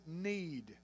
need